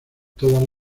todas